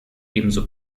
ebenso